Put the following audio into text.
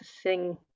sing